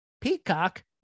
Peacock